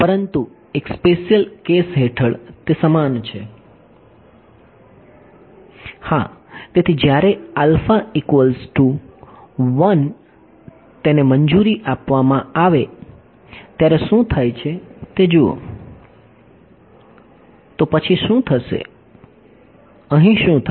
પરંતુ એક special case હેઠળ તે સમાન છે હા તેથી જ્યારે તેને મંજૂરી આપવામાં આવે ત્યારે શું થાય છે તે જુઓ તો પછી શું થશે અહીં શું થશે